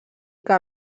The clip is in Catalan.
que